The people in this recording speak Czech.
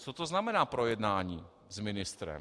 Co to znamená projednání s ministrem?